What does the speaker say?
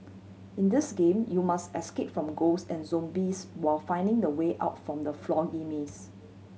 in this game you must escape from ghost and zombies while finding the way out from the maze